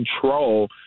control